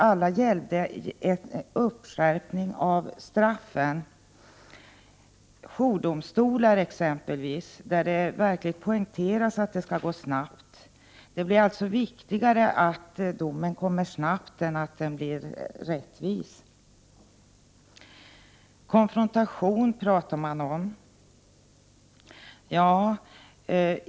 Alla gällde en skärpning av straffen. Exempelvis när det gäller jourdomstolar poängterades starkt att det skulle gå snabbt. Det blir alltså viktigare att domen kommer snabbt än att den blir rättvis! Konfrontation pratas det också om.